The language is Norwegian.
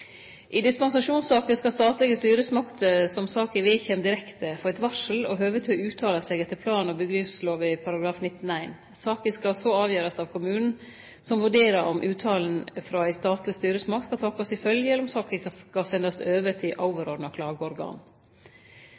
I dispensasjonssaker skal statlege styresmakter som saka vedkjem direkte, få eit varsel og høve til å uttale seg etter plan- og bygningslova § 19-1. Saka skal så avgjerast av kommunen, som vurderer om uttalen frå ei statleg styresmakt skal takast til følgje, eller om saka skal sendast over til overordna klageorgan.